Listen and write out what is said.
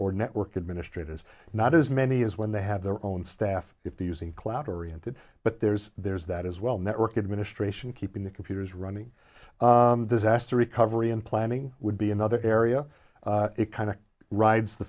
or network administrators not as many as when they have their own staff if they using cloud oriented but there's there's that as well network administration keeping the computers running disaster recovery and planning would be another area it kind of rides the